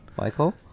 Michael